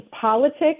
politics